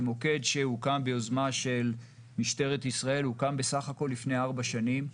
זה מוקד שהוקם ביוזמה של משטרת ישראל לפני ארבע שנים.